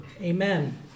Amen